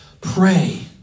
pray